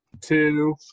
Two